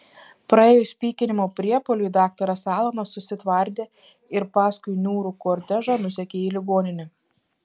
praėjus pykinimo priepuoliui daktaras alanas susitvardė ir paskui niūrų kortežą nusekė į ligoninę